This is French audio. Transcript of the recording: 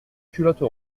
culotte